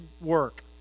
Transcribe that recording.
work